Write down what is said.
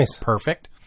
perfect